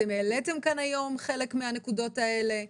אתם העליתם כאן היום חלק מהנקודות האלה.